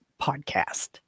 podcast